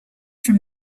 from